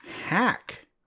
Hack